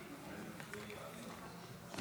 אתם